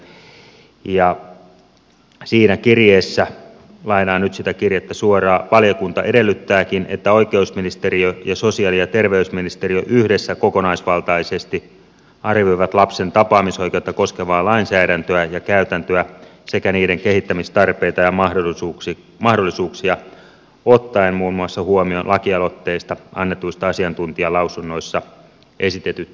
siinä kirjeessä lainaan nyt sitä kirjettä suoraan valiokunta edellyttääkin että oikeusministeriö ja sosiaali ja terveysministeriö yhdessä kokonaisvaltaisesti arvioivat lapsen tapaamisoikeutta koskevaa lainsäädäntöä ja käytäntöä sekä niiden kehittämistarpeita ja mahdollisuuksia ottaen muun muassa huomioon lakialoitteista annetuissa asiantuntijalausunnoissa esitetyt näkemykset